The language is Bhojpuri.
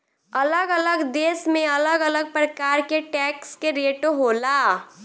अलग अलग देश में अलग अलग प्रकार के टैक्स के रेट होला